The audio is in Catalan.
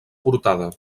portada